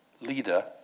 leader